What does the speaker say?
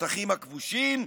בשטחים הכבושים,